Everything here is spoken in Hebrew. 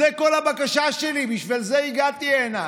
זו כל הבקשה שלי, בשביל זה הגעתי הנה.